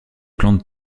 plantes